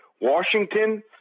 Washington